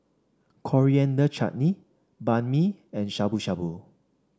Coriander Chutney Banh Mi and Shabu Shabu